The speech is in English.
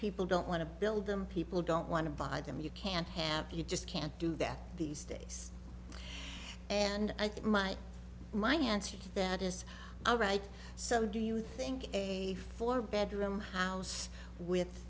people don't want to build them people don't want to buy them you can't have you just can't do that these days and i thought my my hansard that is all right so do you think a four bedroom house with